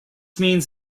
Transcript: means